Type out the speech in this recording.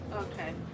Okay